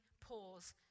pause